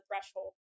threshold